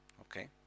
okay